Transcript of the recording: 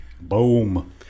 Boom